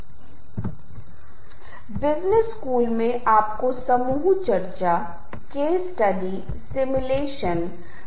romantic संगीत clip के साथ जुड़े रहे थे इस छवि के बिना रोमांटिक लिखा जा रहा है उदास संगीत क्लिप इस के साथ जुड़े थे शांत और शांतिपूर्ण इस विशेष छवि के साथ जुड़े थे